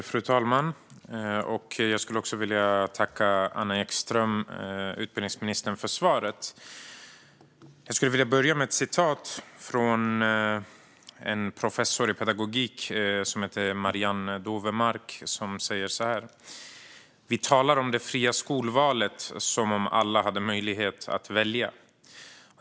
Fru talman! Jag tackar utbildningsminister Anna Ekström för svaret. Jag vill börja med ett citat från en professor i pedagogik som heter Marianne Dovemark: "Vi talar om det fria skolvalet som om alla hade möjlighet att välja."